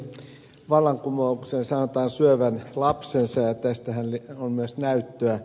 vallankumouksen sanotaan syövän lapsensa ja tästähän on myös näyttöä